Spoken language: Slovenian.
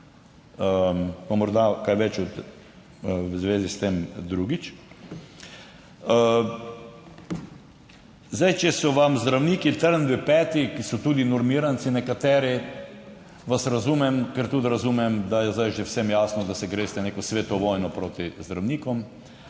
pa morda kaj več v zvezi s tem drugič. Zdaj, če so vam zdravniki trn v peti, ki so tudi normiranci nekateri, vas razumem, ker tudi razumem, da je zdaj že vsem jasno, da se greste neko sveto vojno proti zdravnikom